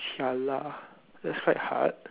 !siala! that's quite hard